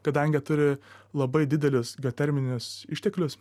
kadangi turi labai didelius geoterminius išteklius